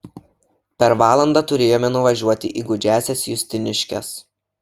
per valandą turėjome nuvažiuoti į gūdžiąsias justiniškes